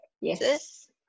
Yes